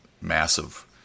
massive